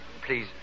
please